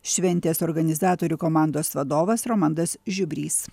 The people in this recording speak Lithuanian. šventės organizatorių komandos vadovas romandas žiubrys